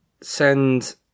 send